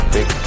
Big